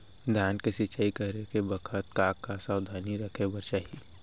धान के मिसाई करे के बखत का का सावधानी रखें बर चाही?